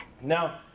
Now